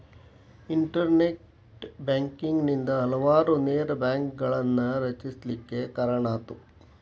internet banking ನಿಂದಾ ಹಲವಾರು ನೇರ ಬ್ಯಾಂಕ್ಗಳನ್ನ ರಚಿಸ್ಲಿಕ್ಕೆ ಕಾರಣಾತು